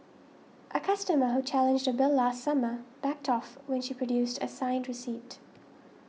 a customer who challenged a bill last summer backed off when she produced a signed receipt